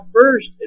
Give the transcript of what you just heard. first